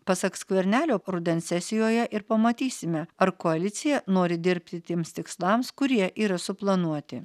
pasak skvernelio rudens sesijoje ir pamatysime ar koalicija nori dirbti tiems tikslams kurie yra suplanuoti